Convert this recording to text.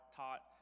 taught